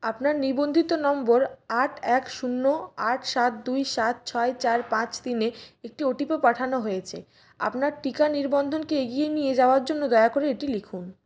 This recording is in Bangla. আপনার নিবন্ধিত নম্বর আট এক শূন্য আট সাত দুই সাত ছয় চার পাঁচ তিন এ একটি ওটিপি পাঠানো হয়েছে আপনার টিকা নিবন্ধন কে এগিয়ে নিয়ে যাওয়ার জন্য দয়া করে এটি লিখুন